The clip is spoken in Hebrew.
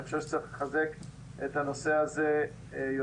אני חושב שצריך לחזק את הנושא הזה יותר.